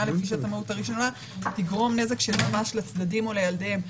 לפגישת המהות הראשונה תגרום נזק של ממש לצדדים או לילדיהם.